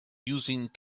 using